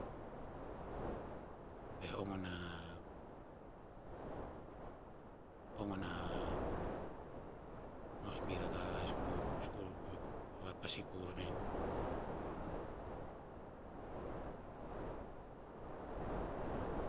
Pa'eh ong o na mosbi raka vapa sikur nen.